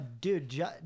Dude